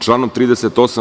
Članom 38.